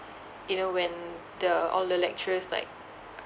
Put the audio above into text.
you know when the all the lecturers like